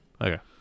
Okay